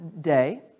day